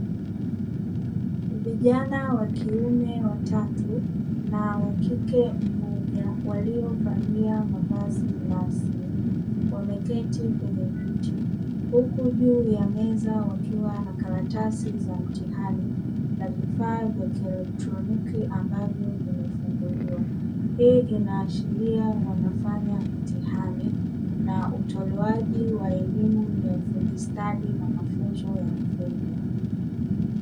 Vijana wa kiume watatu na wakike mmoja, waliovalia mavazi rasmi wameketi kwenye viti huku juu ya meza wakiwa na karatasi za mtihani na vifaa vya kieletroniki ambavyo vimefunguliwa. Hii inaashiria wanafanya mtihani na utolewaji wa elimu ya ufundi stadi na mafunzo ya ufundi.